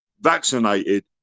vaccinated